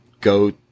go